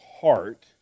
heart